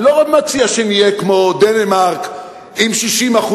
אני לא מציע שנהיה כמו דנמרק עם 60%,